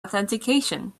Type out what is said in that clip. authentication